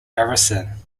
harrison